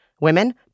Women